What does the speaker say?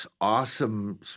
awesome